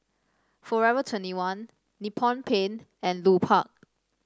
Forever twenty one Nippon Paint and Lupark